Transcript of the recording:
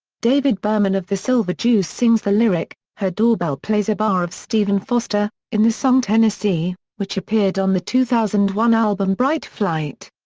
david berman of the silver jews sings the lyric, her doorbell plays a bar of stephen foster, in the song tennessee, which appeared on the two thousand and one album bright flight.